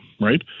right